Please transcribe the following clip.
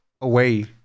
away